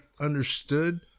understood